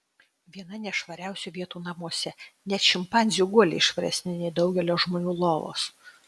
viena nešvariausių vietų namuose net šimpanzių guoliai švaresni nei daugelio žmonių lovos